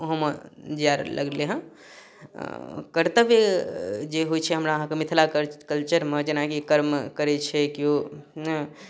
होमऽ जाय लगलै हँ कर्तव्य जे होइ छै हमरा अहाँके मिथिला कल्चरमे जेनाकि कर्म करै छै कियो हँ